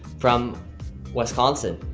from wisconsin.